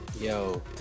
Yo